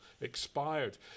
expired